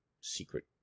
secret